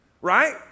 right